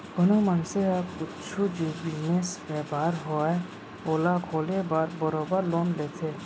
कोनो मनसे ह कुछु बिजनेस, बयपार होवय ओला खोले बर बरोबर लोन लेथे